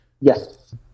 Yes